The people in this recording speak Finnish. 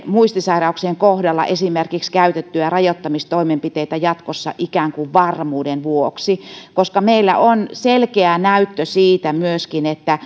muistisairauksien kohdalla esimerkiksi käytettyä rajoittamistoimenpiteitä jatkossa ikään kuin varmuuden vuoksi koska meillä on selkeä näyttö myöskin